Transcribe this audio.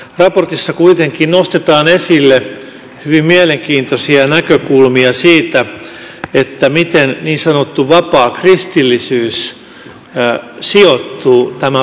raportissa kuitenkin nostetaan esille hyvin mielenkiintoisia näkökulmia siitä miten niin sanottu vapaa kristillisyys sijoittuu tämän lahko käsitteen sisälle